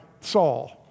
Saul